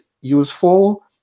useful